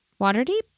Waterdeep